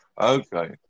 Okay